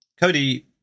Cody